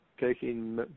taking